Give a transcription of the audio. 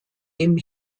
dem